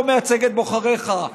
לא מייצג את בוחריך,